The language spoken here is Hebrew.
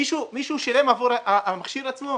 מישהו שילם עבור המכשיר עצמו?